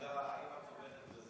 האם את תומכת בזה